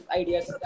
ideas